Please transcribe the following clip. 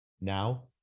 Now